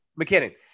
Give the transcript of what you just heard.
McKinnon